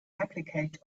replicate